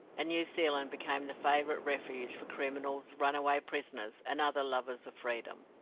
and new zealand became the favourite refuge for criminals, runaway prisoners, and other lovers of freedom.